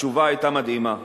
התשובה היתה מדהימה.